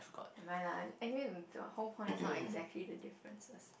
never mind lah anyway the whole point is not exactly the differences